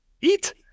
Eat